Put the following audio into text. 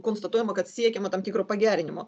konstatuojama kad siekiama tam tikro pagerinimo